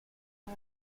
car